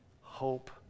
hope